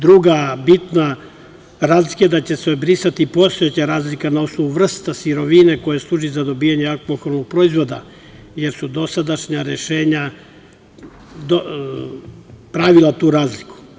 Druga bitna razlika je da će se brisati postojeća razlika na osnovu vrsta sirovine koje služe za dobijanje alkoholnog proizvoda, jer su dosadašnja rešenja pravila tu razliku.